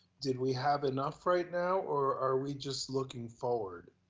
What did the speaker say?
did we have enough right now or are we just looking forward?